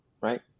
right